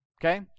Okay